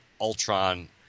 Ultron